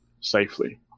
safely